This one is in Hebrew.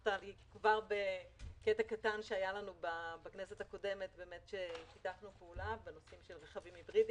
הוכחת בקטע קטן שהיה לנו בכנסת הקודמת בנושאים של רכבים היברידיים.